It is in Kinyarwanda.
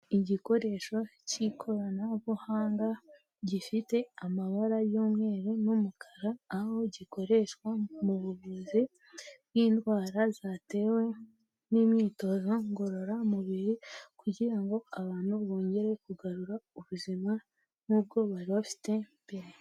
Igikoresho cy'ikoranabuhanga gifite amabara y'umweru n'umukara, aho gikoreshwa mu buvuzi bw'indwara zatewe n'imyitozo ngororamubiri kugira ngo abantu bongere kugarura ubuzima nk'ubwo bari bafite mbere.